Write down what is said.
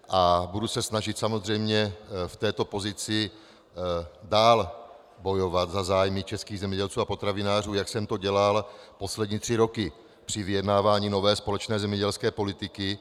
A budu se snažit samozřejmě v této pozici dál bojovat za zájmy českých zemědělců a potravinářů, jak jsem to dělal poslední tři roky při vyjednávání nové společné zemědělské politiky.